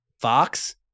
Fox